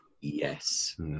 Yes